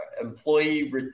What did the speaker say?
employee